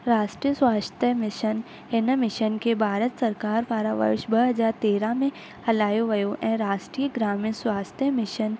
राष्ट्रीय स्वास्थ्य मिशन हिन मिशन खे भारत सरकार द्वारा वर्ष ॿ हज़ार तेरहं में हलायो वियो ऐं राष्ट्रीय ग्रामीण स्वास्थ्य मिशन